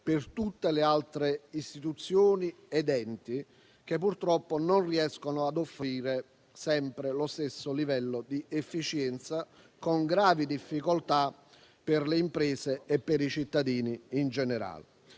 per tutte le altre istituzioni ed enti che, purtroppo, non riescono a offrire sempre lo stesso livello di efficienza, con gravi difficoltà per le imprese e i cittadini in generale.